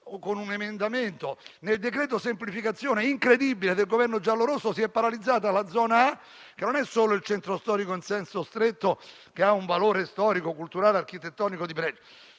con un emendamento nel decreto semplificazione del Governo giallorosso, si è paralizzata la zona A, che non è solo il centro storico in senso stretto, che ha un valore storico, culturale e architettonico di pregio,